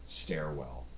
stairwell